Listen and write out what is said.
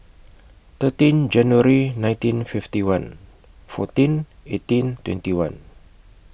thirteen January nineteen fifty one fourteen eighteen twenty one